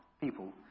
People